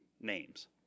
names